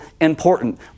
important